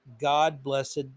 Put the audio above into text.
God-blessed